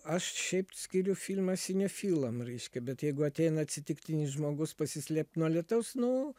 aš šiaip skiriu filmą sinefilam reiškia bet jeigu ateina atsitiktinis žmogus pasislėpt nuo lietaus nu